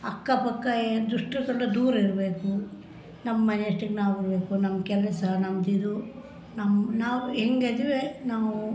ಅಕ್ಕಪಕ್ಕ ಏನ್ರ ದುಷ್ಟರು ಕಂಡ್ರೆ ದೂರ ಇರಬೇಕು ನಮ್ಮ ಮನೆ ಅಷ್ಟಕ್ಕೆ ನಾವು ಇರಬೇಕು ನಮ್ಮ ಕೆಲಸ ನಮ್ದು ಇದು ನಮ್ಮ ನಾವು ಹೆಂಗೆ ಇದೀವಿ ನಾವು